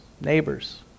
neighbors